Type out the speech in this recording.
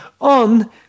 on